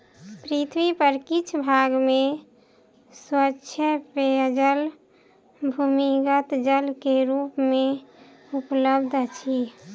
पृथ्वी पर किछ भाग में स्वच्छ पेयजल भूमिगत जल के रूप मे उपलब्ध अछि